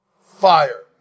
Fire